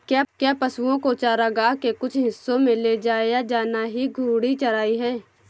क्या पशुओं को चारागाह के कुछ हिस्सों में ले जाया जाना ही घूर्णी चराई है?